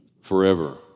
forever